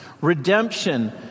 Redemption